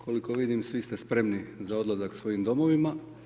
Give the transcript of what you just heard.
Koliko vidim, svi ste spremni za odlazak svojim domovima.